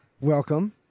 Welcome